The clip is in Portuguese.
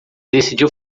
decidiu